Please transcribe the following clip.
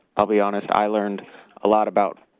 i'll be honest i learned a lot about